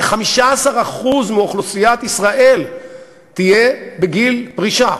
15% מאוכלוסיית ישראל תהיה בגיל פרישה.